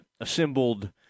assembled